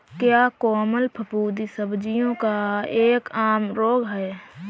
क्या कोमल फफूंदी सब्जियों का एक आम रोग है?